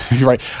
right